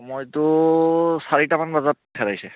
মইতো চাৰিটামান বজাত হেৰাইছে